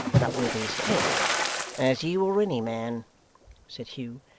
but with his head as you or any man said hugh.